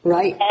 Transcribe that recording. Right